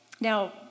Now